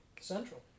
Central